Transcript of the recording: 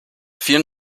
vielen